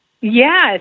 Yes